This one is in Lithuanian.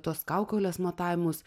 tos kaukolės matavimus